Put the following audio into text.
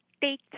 take